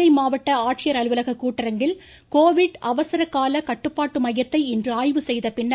மதுரை மாவட்ட ஆட்சியர் அலுவலக கூட்டரங்கில் கோவிட் அவசர கால கட்டுப்பாட்டு மையத்தை இன்று ஆய்வு செய்த பின்